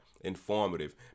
informative